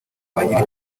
wagira